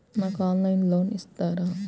నాకు ఆన్లైన్లో లోన్ ఇస్తారా?